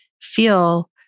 feel